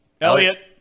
Elliot